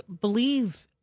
believe